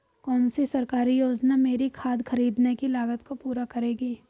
कौन सी सरकारी योजना मेरी खाद खरीदने की लागत को पूरा करेगी?